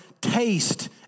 taste